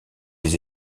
des